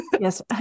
Yes